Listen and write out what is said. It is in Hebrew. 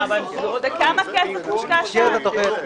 --- התייעצות סיעתית.